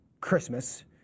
Christmas